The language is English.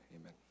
Amen